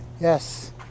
Yes